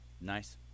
Nice